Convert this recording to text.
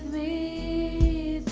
a